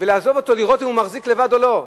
ולעזוב אותו, לראות אם הוא מחזיק לבד או לא.